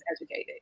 educated